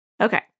Okay